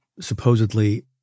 supposedly